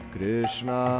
Krishna